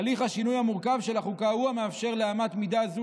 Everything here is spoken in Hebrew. הליך השינוי המורכב של החוקה הוא המאפשר לאמת מידה זו